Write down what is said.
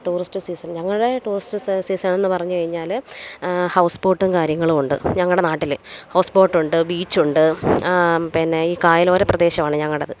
tourist season ഞങ്ങളുടെ tourist season എന്ന് പറഞ്ഞുകഴിഞ്ഞാല് ഹൗസ് ബോട്ടും കാര്യങ്ങളുമുണ്ട് ഞങ്ങളുടെ നാട്ടില് ഹൗസ് ബോട്ടുണ്ട് ബീച്ചുണ്ട് പിന്നെ ഈ കായലോര പ്രദേശാണ് ഞങ്ങളുടേത്